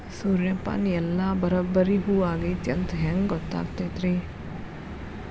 ಸೂರ್ಯಪಾನ ಎಲ್ಲ ಬರಬ್ಬರಿ ಹೂ ಆಗೈತಿ ಅಂತ ಹೆಂಗ್ ಗೊತ್ತಾಗತೈತ್ರಿ?